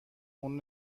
اون